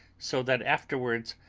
so that afterwards,